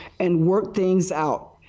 and work things out.